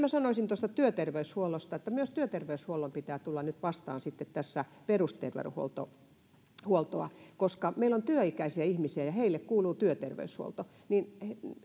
minä sanoisin työterveyshuollosta että myös työterveyshuollon pitää tulla tässä nyt sitten vastaan perusterveydenhuoltoa koska meillä on työikäisiä ihmisiä ja heille kuuluu työterveyshuolto niin